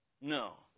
No